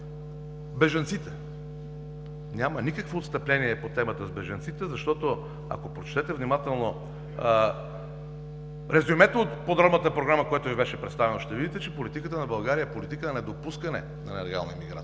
Бежанците. Няма никакво отстъпление по темата с бежанците, защото, ако прочетете внимателно резюмето от подробната програма, която Ви беше представена, ще видите, че политиката на България е политика на недопускане на нелегална имиграция.